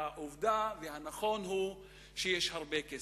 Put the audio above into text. העובדה והנכון הוא שיש הרבה כסף.